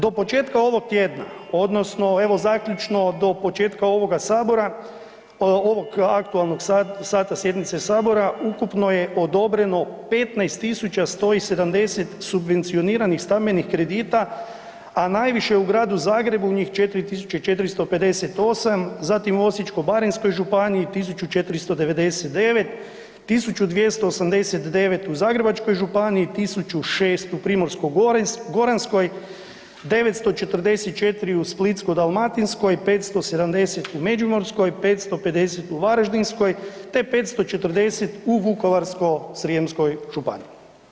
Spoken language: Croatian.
Do početka ovog tjedna odnosno evo zaključno do početka ovog aktualnog sata sjednice Sabora ukupno je odobreno 15.170 subvencioniranih stambenih kredita, a najviše u Gradu Zagrebu njih 4.458, zatim u Osječko-baranjskoj županiji 1.499, 1.289 u Zagrebačkoj županiji, 1.006 u Primorsko-goranskoj, 944 u Splitsko-dalmatinskoj, 570 u Međimurskoj, 550 u Varaždinskoj te 540 u Vukovarsko-srijemskoj županiji.